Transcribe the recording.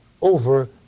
over